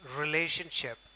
relationship